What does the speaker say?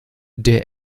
der